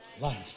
life